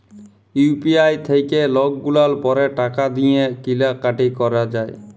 UPI থ্যাইকে লকগুলাল পারে টাকা দিঁয়ে কিলা কাটি ক্যরা যায়